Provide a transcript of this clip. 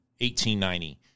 1890